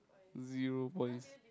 zero points